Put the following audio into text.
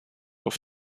auf